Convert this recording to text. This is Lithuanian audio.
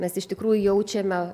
mes iš tikrųjų jaučiame